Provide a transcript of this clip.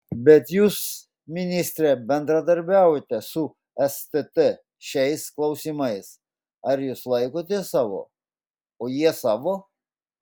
bet jūs ministre bendradarbiavote su stt šiais klausimais ar jūs laikotės savo o jie savo